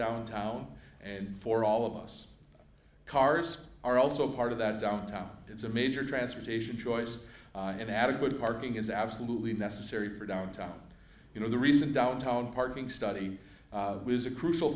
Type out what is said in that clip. downtown and for all of us cars are also part of that downtown it's a major transportation choice and adequate parking is absolutely necessary for downtown you know the reason downtown parking study was a crucial